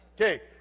Okay